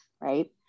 right